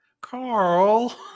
Carl